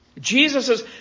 Jesus